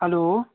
hello